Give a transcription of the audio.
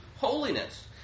holiness